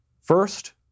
First